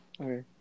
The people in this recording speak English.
Okay